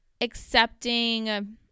accepting